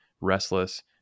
restless